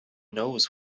knows